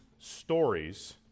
stories